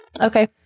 Okay